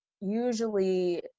usually